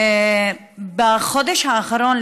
בחודש האחרון,